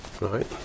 right